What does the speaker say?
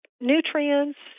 nutrients